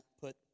put